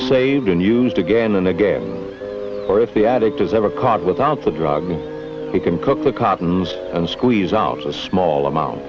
and used again and again or if the addict is ever caught without the drug it can cook the cartons and squeeze out a small amount